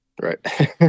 Right